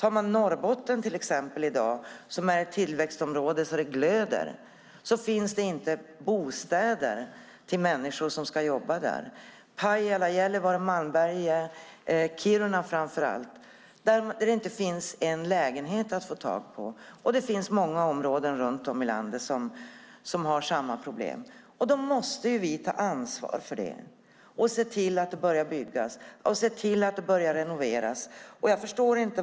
I Norrbotten till exempel, som är ett tillväxtområde så att det glöder, finns det inte bostäder till människor som ska jobba. I Pajala, Gällivare, Malmberget och framför allt Kiruna går det inte att få tag i en lägenhet. Det finns många områden i landet som har samma problem. Vi måste ta ansvar för det och se till att det byggs och att det renoveras.